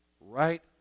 Right